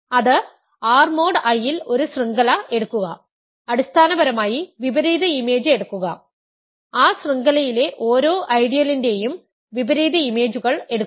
അത് R mod I ൽ ഒരു ശൃംഖല എടുക്കുക അടിസ്ഥാനപരമായി വിപരീത ഇമേജ് എടുക്കുക ആ ശൃംഖലയിലെ ഓരോ ഐഡിയലിന്റെയും വിപരീത ഇമേജുകൾ എടുക്കുക